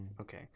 Okay